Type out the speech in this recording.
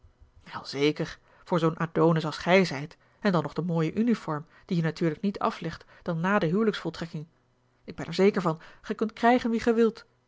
wel zeker voor zoo'n adonis als gij zijt en dan nog de mooie uniform die je natuurlijk niet aflegt dan na de huwelijksvoltrekking ik ben er zeker van gij kunt krijgen wie